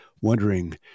wondering